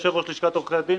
יושב-ראש לשכת עורכי הדין?